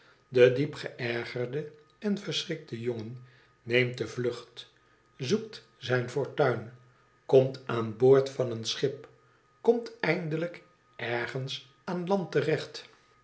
de diep geërgerde en verschrikte jongen neemt de vlucht zoekt zijn fortuin komt aan boord van een schip komt eindelijk ergens aan land